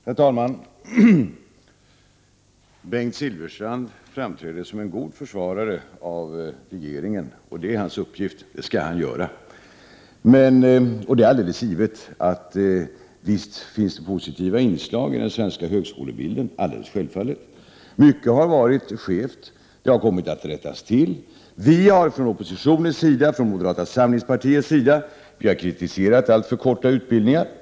Herr talman! Bengt Silfverstrand framträder som en god försvarare av regeringen — och det är hans uppgift, det skall han göra. Visst finns det positiva inslag i den svenska högskolebilden — alldeles självfallet! Mycket har varit skevt; det har kommit att rättas till. Från oppositionens sida och från moderata samlingspartiets sida har vi kritiserat alltför korta utbildningar.